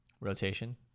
Rotation